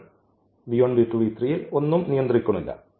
നമ്മൾ ൽ ഒന്നും നിയന്ത്രിക്കുന്നില്ല